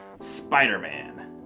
Spider-Man